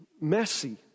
Messy